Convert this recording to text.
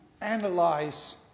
analyze